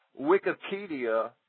Wikipedia